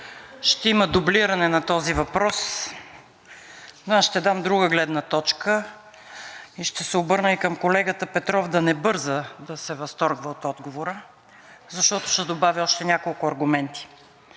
ще има дублиране на този въпрос, но ще дам друга гледна точка. Ще се обърна и към колегата Петров, да не бърза да се възторгва от отговора, защото ще добавя още няколко аргумента.